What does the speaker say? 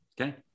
Okay